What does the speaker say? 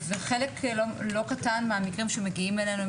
חלק לא קטן מהמקרים שמגיעים אלינו הם